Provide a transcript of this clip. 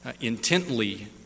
intently